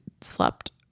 slept